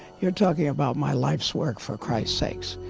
you're talking about my life's work for christ's sake.